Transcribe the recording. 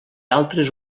altres